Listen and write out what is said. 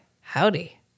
howdy